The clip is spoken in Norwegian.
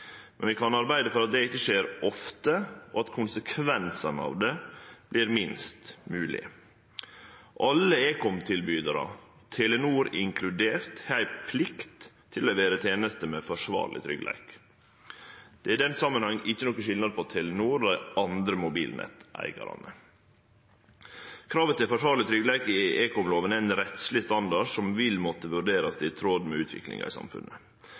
men vi kan arbeide for at det ikkje skjer ofte, og at konsekvensane av det blir minst moglege. Alle ekomtilbydarar, Telenor inkludert, har ei plikt til å levere tenester med forsvarleg tryggleik. Det er i den samanhengen ikkje nokon skilnad på Telenor og dei andre mobilnetteigarane. Kravet til forsvarleg tryggleik i ekomlova er ein rettsleg standard som vil måtte vurderast i tråd med utviklinga i samfunnet.